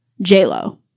J-Lo